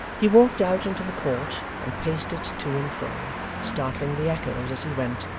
he walked out into the court and paced it to and fro startling the echoes, as he went,